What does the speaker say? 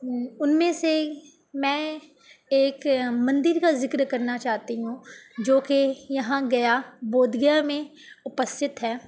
ان میں سے میں ایک مندر کا ذکر کرنا چاہتی ہوں جوکہ یہاں گیا بودھ گیا میں اپستھت ہے